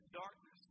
darkness